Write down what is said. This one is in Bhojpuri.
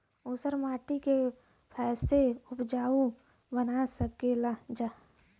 ऊसर माटी के फैसे उपजाऊ बना सकेला जा?